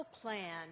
plan